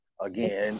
again